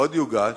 עוד יודגש,